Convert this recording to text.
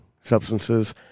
substances